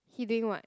he doing what